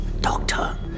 Doctor